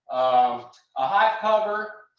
um a hive cover,